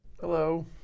Hello